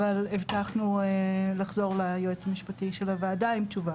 אבל הבטחנו לחזור ליועץ המשפטי של הוועדה עם תשובה.